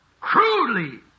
Crudely